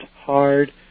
hard